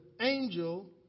angel